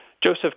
Joseph